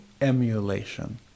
emulation